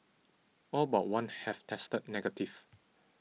all but one have tested negative